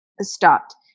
stopped